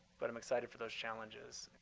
but i'm excited for those challenges.